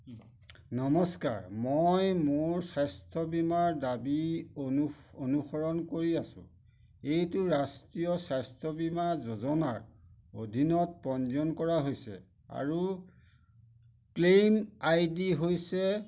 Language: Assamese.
নমস্কাৰ মই মোৰ স্বাস্থ্য বীমাৰ দাবী অনুসৰণ কৰি আছোঁ এইটো ৰাষ্ট্ৰীয় স্বাস্থ্য বীমা যোজনাৰ অধীনত পঞ্জীয়ন কৰা হৈছে আৰু ক্লেইম আই ডি হৈছে